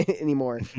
anymore